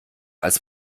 als